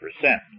percent